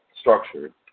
structured